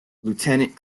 lieutenant